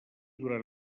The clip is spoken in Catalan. durant